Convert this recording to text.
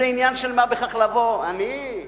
זה עניין של מה בכך לבוא: אני,